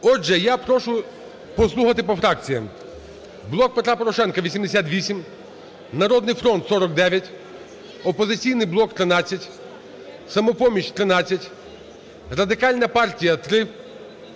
Отже, я прошу послухати по фракціям. "Блок Петра Порошенка" – 88, "Народний фронт" – 49, "Опозиційний блок" – 13, "Самопоміч" – 13, Радикальна партія –